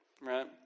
right